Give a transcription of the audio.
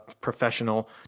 professional